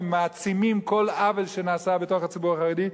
ומעצימים כל עוול שנעשה בתוך הציבור החרדי,